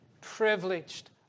privileged